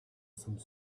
some